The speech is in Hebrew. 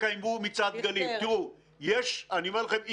ממש לפני ימים ספורים מצעד הגאווה